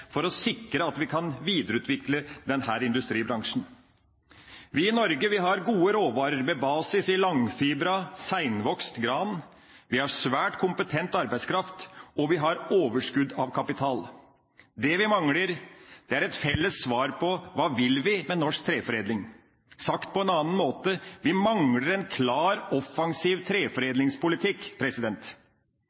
for å sikre at vi kan videreutvikle denne industribransjen. Vi i Norge har gode råvarer med basis i langfibret, seinvokst gran, vi har svært kompetent arbeidskraft, og vi har overskudd av kapital. Det vi mangler, er et felles svar på: Hva vil vi med norsk treforedling? Sagt på en annen måte: Vi mangler en klar, offensiv treforedlingspolitikk.